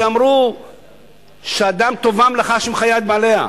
שאמרו שטובה מלאכה שמחיה את בעליה,